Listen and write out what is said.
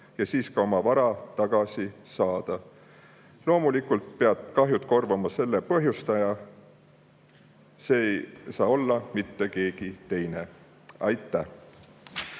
ja siis ka oma vara tagasi saada. Loomulikult peab kahjud korvama nende põhjustaja. See ei saa olla mitte keegi teine. Aitäh!